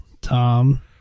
Tom